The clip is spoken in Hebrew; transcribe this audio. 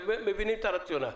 ומבינים את הרציונל.